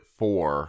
four